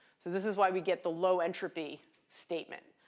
so this is why we get the low entropy statement.